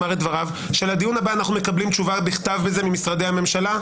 שלדיון הבא אנחנו מקבלים תשובה בכתב ממשרדי הממשלה.